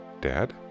Dad